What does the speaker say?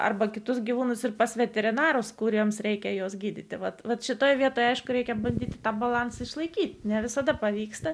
arba kitus gyvūnus ir pas veterinarus kuriems reikia juos gydyti vat vat šitoje vietoj aišku reikia bandyti tą balansą išlaikyti ne visada pavyksta